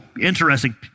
interesting